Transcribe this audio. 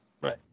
Right